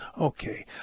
Okay